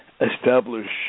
establish